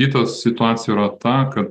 kitas situacija yra ta kad